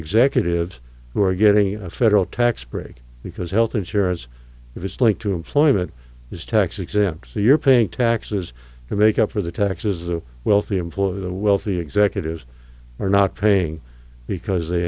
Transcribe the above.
executives who are getting federal tax break because health insurance if it's linked to employment is tax exempt so you're paying taxes to make up for the taxes the wealthy employ the wealthy executives are not paying because they